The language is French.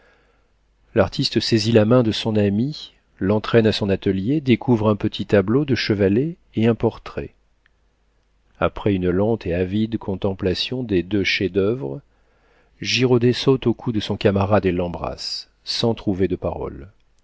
l'artiste saisit la main de son ami l'entraîne à son atelier découvre un petit tableau de chevalet et un portrait après une lente et avide contemplation des deux chefs-d'oeuvre girodet saute au cou de son camarade et l'embrasse sans trouver de paroles